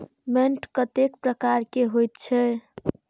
मैंट कतेक प्रकार के होयत छै?